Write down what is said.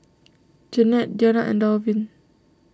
Janette Deana and Dalvin